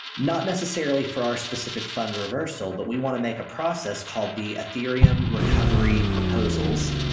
not necessarily for our specific fund reversal, but we want to make a process called the ethereum recovery proposals.